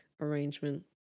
arrangement